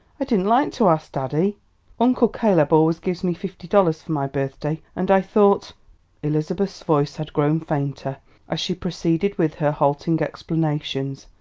i didn't like to ask daddy uncle caleb always gives me fifty dollars for my birthday, and i thought elizabeth's voice had grown fainter as she proceeded with her halting explanations.